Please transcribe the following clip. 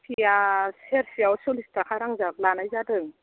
कफिया सेरसेआव सरलिस थाखा रां जाब लानाय जादों